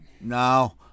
No